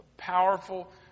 powerful